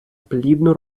плідну